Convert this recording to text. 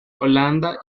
holanda